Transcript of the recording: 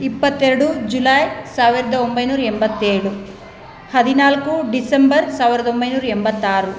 ಇಪ್ಪತ್ತೆರಡು ಜುಲೈ ಸಾವಿರದ ಒಂಬೈನೂರು ಎಂಬತ್ತೇಳು ಹದಿನಾಲ್ಕು ಡಿಸೆಂಬರ್ ಸಾವಿರದ ಒಂಬೈನೂರ ಎಂಬತ್ತಾರು